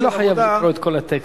אדוני לא חייב לקרוא את כל הטקסט,